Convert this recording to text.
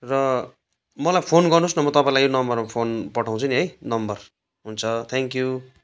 र मलाई फोन गर्नुहोस् न म तपाईँलाई यो नम्बरमा फोन पठाउँछु नि है नम्बर हुन्छ थ्याङ्क यू